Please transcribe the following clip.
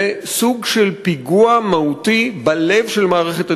זה סוג של פיגוע מהותי בלב של מערכת התכנון.